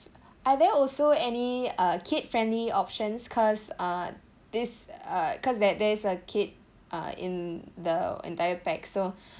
are there also any uh kid friendly options cause uh this uh cause that there's a kid uh in the entire pax so